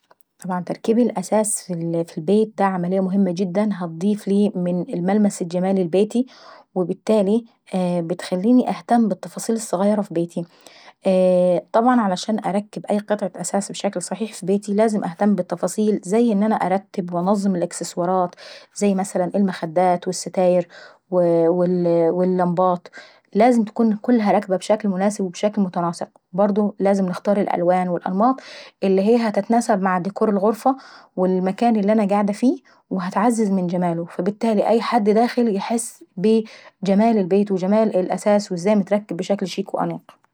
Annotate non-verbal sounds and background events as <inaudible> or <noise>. طبعا تركيب الأثاث ف البيت دا عملية مهمة جدا هتضف ليه من الملمس الجمالي لبيتي. فالتالي بختليني نهتم بالتفاصيل الصغيرة في بيتي. <hesitation> طيعا عشان نركب ا قطعة اثاث بشكلك صحيح في بيتي لازم نهتم بالتفاصيل زي ان انا نرتب وننظم الاكسسوارات وزي مثلا المخدات والستاير، <hesitation> اللندات، لازم تكون متركبة بشكل متناسق وبشكل مناسب. وبرضه لازم نختار الالوان والانماط اللي هتتناسب مع ديكور الغرفة، والمكان اللي انا قاعدة فيه وهتعزز من جماله. والتالي اي حد داخل يحس بجمال البيت وجمال الاثاث وازاي متركب بشكل شيك وانيق.